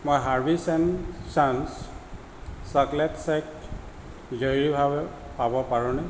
মই Harvey's and chance chocolate shake জৰুৰীভাৱে পাব পাৰোঁনে